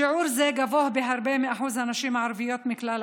שיעור זה גבוה בהרבה משיעור הנשים הערביות בכלל החברה,